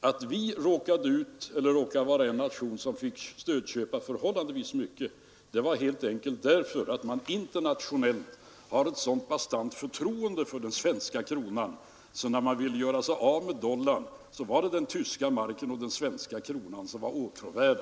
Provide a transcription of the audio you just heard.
Att vi råkar vara en nation som fick stödköpa förhållandevis mycket berodde helt enkelt på att man internationellt har ett så bastant förtroende för den svenska kronan, att när man ville göra sig av med dollarn var det den tyska marken och den svenska kronan som var åtråvärda.